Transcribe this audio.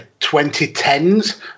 2010s